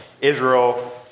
Israel